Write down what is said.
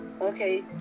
Okay